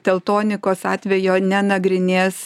teltonikos atvejo nenagrinės